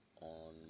on